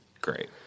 Great